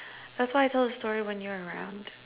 that's why I tell the story when you're around